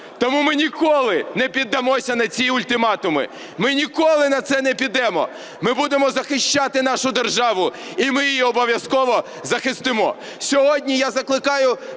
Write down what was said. Тому ми ніколи не піддамося на ці ультиматуми, ми ніколи на це не підемо. Ми будемо захищати нашу державу і ми її обов'язково захистимо. Сьогодні я закликаю,